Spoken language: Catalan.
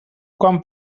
quan